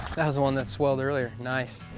that was one that swelled earlier. nice.